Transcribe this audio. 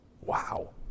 Wow